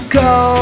go